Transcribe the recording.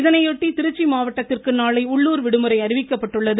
இதனையொட்டி திருச்சி மாவட்டத்திற்கு நாளை உள்ளுர் விடுமுறை அறிவிக்கப்பட்டுள்ளது